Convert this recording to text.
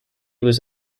was